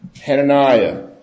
Hananiah